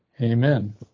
amen